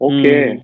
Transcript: Okay